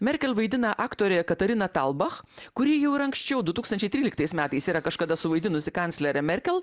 merkel vaidina aktorė katarina talbach kuri jau ir anksčiau du tūkstančiai tryliktais metais yra kažkada suvaidinusi kanclerę merkel